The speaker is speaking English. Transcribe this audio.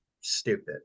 stupid